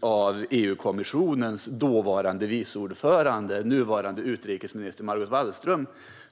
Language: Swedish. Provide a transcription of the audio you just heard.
från EU-kommissionens dåvarande vice ordförande, nuvarande utrikesminister Margot Wallström.